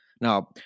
Now